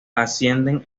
ascienden